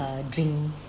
uh drink